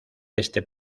este